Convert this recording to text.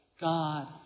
God